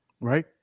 right